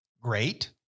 great